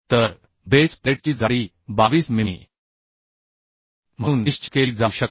तर बेस प्लेटची जाडी 22 मिमीम्हणून निश्चित केली जाऊ शकते